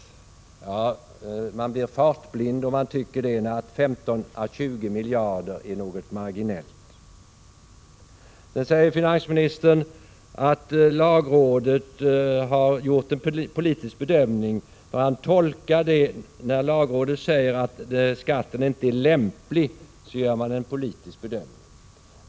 Ja, man har blivit fartblind om man tycker att 15-20 miljarder är något marginellt. Finansministern säger vidare att lagrådet har gjort en politisk bedömning — när lagrådet hävdar att skatten inte är lämplig gör man en politisk bedömning.